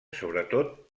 sobretot